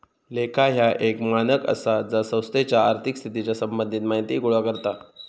लेखा ह्या एक मानक आसा जा संस्थेच्या आर्थिक स्थितीच्या संबंधित माहिती गोळा करता